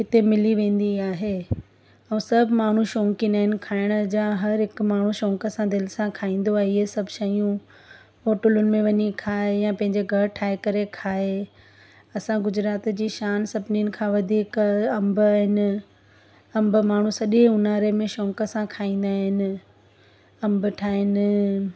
हिते मिली वेंदी आहे ऐं सभु माण्हू शौंक़ीन आहिनि खाइण जा हर हिकु माण्हू शौक़ सां दिलि सां खाईंदो आहे इहे सभु शयूं होटलुनि में वञी खाए या पंहिंजे घरु ठाहे करे खाए असां गुजरात जी शानु सभिनीनि खां वधीक अंब आहिनि अंब माण्हू सॼे ऊन्हारे में शौक़ सां खाईंदा आहिनि अंब ठाहिनि